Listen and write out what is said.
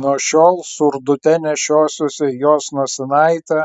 nuo šiol surdute nešiosiuosi jos nosinaitę